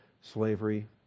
slavery